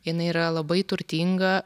jinai yra labai turtinga